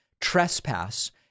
trespass